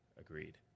Agreed